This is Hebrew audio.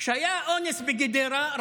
כשהיה אונס בגדרה,